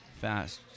fast